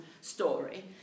story